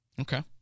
Okay